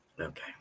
Okay